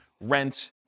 rent